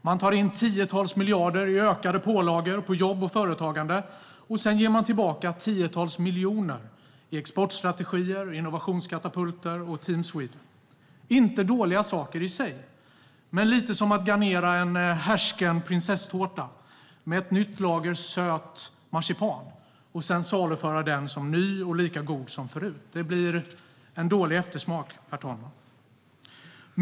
Man tar in 10-tals miljarder i ökade pålagor på jobb och företagande, och sedan ger man tillbaka 10-tals miljoner i exportstrategier, innovationskatapulter och Team Sweden. Det är inte dåliga saker i sig, men det är lite som att garnera en härsken prinsesstårta med ett nytt lager söt marsipan, och sedan saluföra den som ny och lika god som innan. Det ger en dålig eftersmak, herr talman.